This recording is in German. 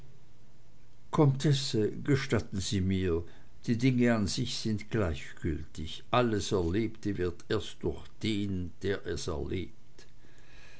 comtesse gestatten sie mir die dinge an sich sind gleichgültig alles erlebte wird erst was durch den der es erlebt